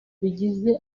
bigize